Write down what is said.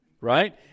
Right